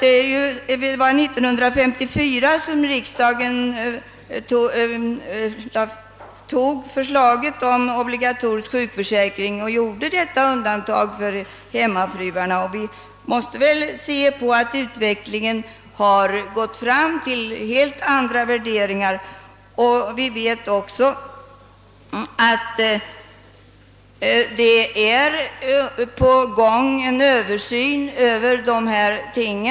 Det var 1954 som riksdagen antog förslaget om obligatorisk sjukförsäkring och gjorde detta undantag för hemmafruarna. Emellertid har det sedan skett en utveckling fram mot helt andra värderingar, och vi vet att det kommer att göras en översyn av dessa ting.